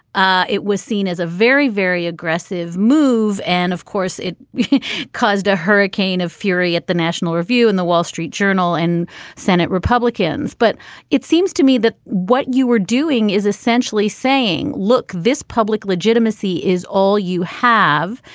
ah it was seen as a very very aggressive move and of course it caused a hurricane of fury at the national review in the wall street journal and senate republicans. but it seems to me that what you were doing is essentially saying look this public legitimacy is all you have.